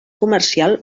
comercial